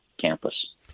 campus